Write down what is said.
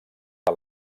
que